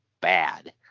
bad